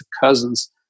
Cousins